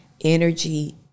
energy